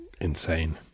insane